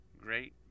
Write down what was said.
great